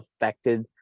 affected